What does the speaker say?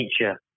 nature